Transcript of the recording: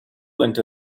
into